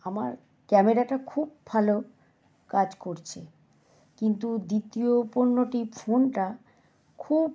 আমার ক্যামেরাটা খুব ভালো কাজ করছে কিন্তু দ্বিতীয় পণ্যটি ফোনটা খুব